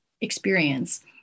experience